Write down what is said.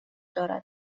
دارد